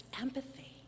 empathy